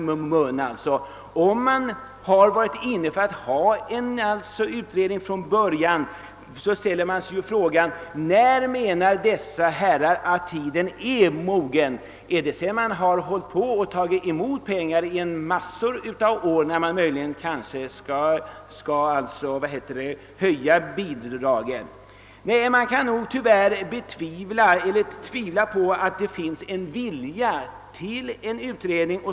Om det från början har varit meningen, att en utredning skulle verkställas, ställer man sig frågan: När menar dessa herrar att tiden är mogen? Är det sedan man tagit emot pengar under många år och man kanske tänker sig att höja bidragen? Man kan nog med fog tvivla på att det finns en vilja till en utredning.